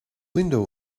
window